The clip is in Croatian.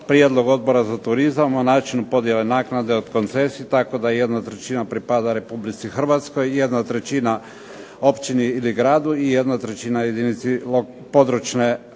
prijedlog Odbora za turizam o načinu podijele naknade od koncesije tako jedna trećina pripada Republici Hrvatskoj, jedna trećina općini ili gradu i jedna trećina jedinici područne,